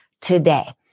today